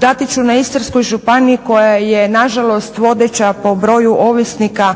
dati ću na Istarskoj županiji koja je nažalost vodeća po broju ovisnika